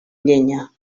llenya